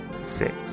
Six